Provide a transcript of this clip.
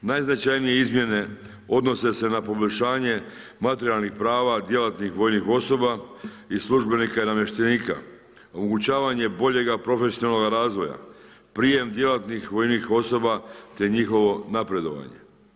Najznačajnije izmjene odnose se na poboljšanje materijalnih prava djelatnih vojnih osoba i službenika i namještenika, omogućavanje boljega profesionalnoga razvoja, prijam djelatnih vojnih osoba te njihovo napredovanje.